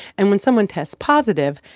and when someone tests positive,